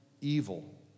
evil